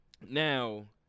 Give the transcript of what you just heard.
Now